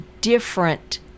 different